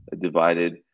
divided